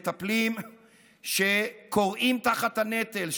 מטפלים שכורעים תחת הנטל,